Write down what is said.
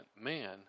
man